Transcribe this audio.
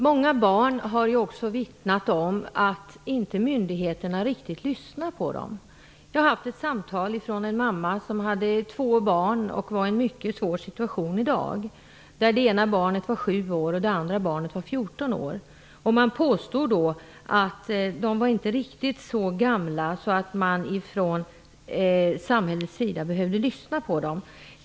Fru talman! Många barn har vittnat om att myndigheterna inte riktigt lyssnar på dem. Jag har fått ett samtal från en mamma med två barn, 7 och 14 år, som i dag befinner sig i en mycket svår situation. Från samhällets sida påstår man att barnen inte är så gamla så att man behöver lyssna på dem.